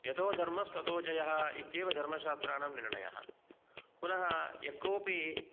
यतो धर्मस्ततो जयः इत्येव निर्णयः धर्मशास्त्राणां पुनः यः कोपि